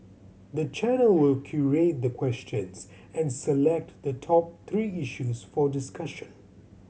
the channel will curate the questions and select the top three issues for discussion